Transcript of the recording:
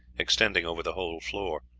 extending over the whole floor.